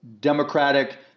Democratic